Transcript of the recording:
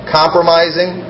compromising